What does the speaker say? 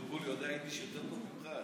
אבוטבול יודע יידיש יותר טוב ממך.